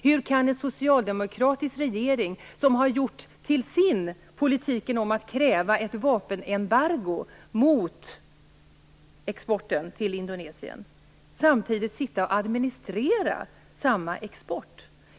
Hur kan en socialdemokratisk regering, som har gjort den politiken till sin att kräva ett vapenembargo mot exporten till Indonesien, samtidigt administrera samma export?